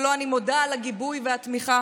שלו אני מודה על הגיבוי והתמיכה